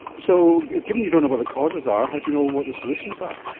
so given you don't know what the causes are, how do you know what the solutions are?